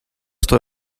står